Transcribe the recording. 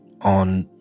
on